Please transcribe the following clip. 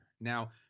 Now